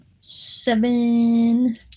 seven